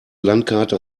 landkarte